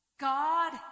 God